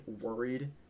worried